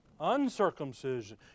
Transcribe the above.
uncircumcision